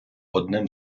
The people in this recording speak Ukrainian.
одним